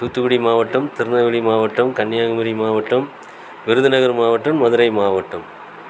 தூத்துக்குடி மாவட்டம் திருநெல்வேலி மாவட்டம் கன்னியாகுமரி மாவட்டம் விருதுநகர் மாவட்டம் மதுரை மாவட்டம்